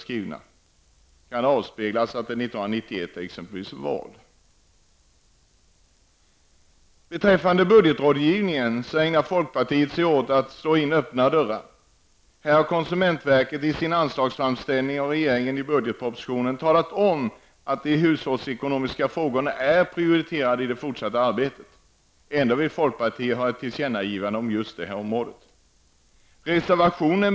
Kan det avspeglas i att det är val 1991? Beträffande budgetrådgivningen ägnar sig folkpartiet åt att slå in öppna dörrar. Här har konsumentverket i sin anslagsframställning av regeringen i budgetpropositionen talat om att de hushållsekonomiska frågorna är prioriterade i det fortsatta arbetet. Ändå vill folkpartiet ha ett tillkännagivande om just det området.